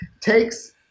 takes